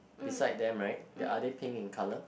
beside them right the are they pink in colour